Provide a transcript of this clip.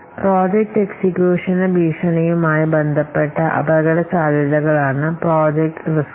project എക്സിക്യൂഷന് ഭീഷണിയുമായി ബന്ധപ്പെട്ട അപകടസാധ്യതകളാണ് പ്രോജക്റ്റ് റിസ്ക്കുകൾ